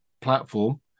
platform